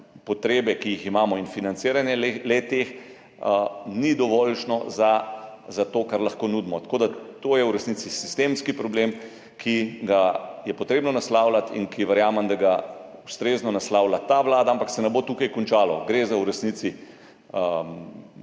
potrebe, ki jih imamo, in financiranje le-teh ni dovoljšno za to, kar lahko nudimo. Tako da je to v resnici sistemski problem, ki ga je potrebno naslavljati in za katerega verjamem, da ga ustrezno naslavlja ta vlada. Ampak se ne bo tukaj končalo. Gre v resnici